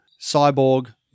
Cyborg